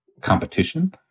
competition